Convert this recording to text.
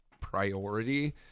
priority